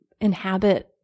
inhabit